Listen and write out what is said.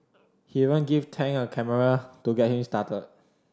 he even give Tang a camera to get him started